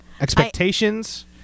Expectations